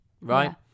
right